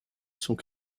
sont